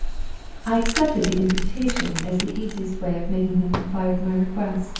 i accepted the imputation, as the easiest way of making him comply with my request.